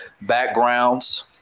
backgrounds